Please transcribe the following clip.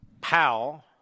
Powell